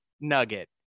nugget